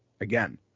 again